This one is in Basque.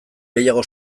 gehiago